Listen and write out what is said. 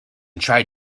tried